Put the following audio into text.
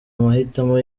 amahitamo